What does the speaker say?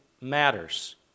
matters